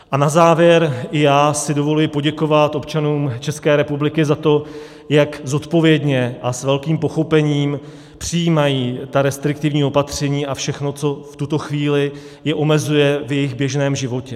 A na závěr si i já dovoluji poděkovat občanům České republiky za to, jak zodpovědně a s velkým pochopením přijímají ta restriktivní opatření a všechno, co je v tuto chvíli omezuje v jejich běžném životě.